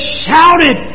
shouted